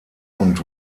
und